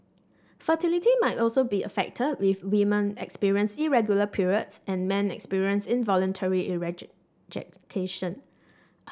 fertility may also be affected if women experience irregular periods and men experience involuntary